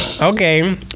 Okay